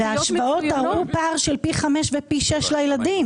וההשוואות הראו פער של פי 5 ופי 6 לילדים